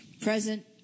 present